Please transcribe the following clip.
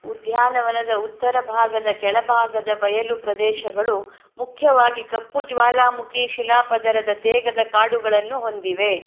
ಉದ್ಯಾನವನದ ಉತ್ತರ ಭಾಗದ ಕೆಳಭಾಗದ ಬಯಲು ಪ್ರದೇಶಗಳು ಮುಖ್ಯವಾಗಿ ಕಪ್ಪು ಜ್ವಾಲಾಮುಖಿ ಶಿಲಾಪದರದ ತೇಗದ ಕಾಡುಗಳನ್ನು ಹೊಂದಿವೆ